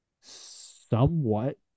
somewhat